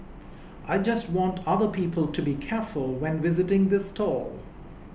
I just want other people to be careful when visiting the stall